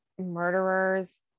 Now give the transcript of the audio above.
murderers